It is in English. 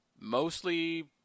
mostly